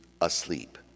asleep